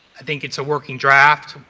i think it's a working draft.